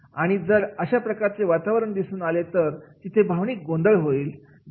आणि जर अशा प्रकारचे वर्तन दिसून आले तर तिथे भावनिक गोंधळ निर्माण होईल